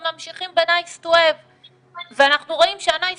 ממשיכים ב-nice to have ואנחנו רואים שה- nice